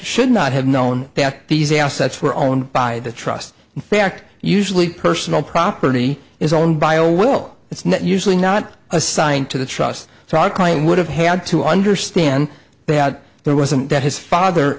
should not have known that these assets were owned by the trust in fact usually personal property is owned by a will it's not usually not assigned to the trust so our client would had to understand they out there wasn't that his father